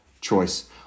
choice